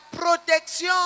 protection